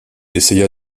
essaya